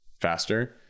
faster